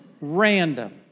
Random